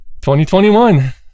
2021